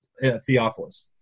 Theophilus